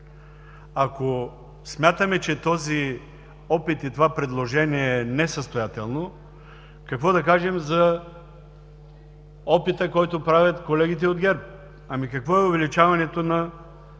Ако смятаме, че този опит и това предложение е несъстоятелно, какво да кажем за опита, който правят колегите от ГЕРБ – какво е увеличаването на